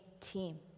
team